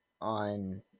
on